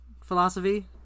philosophy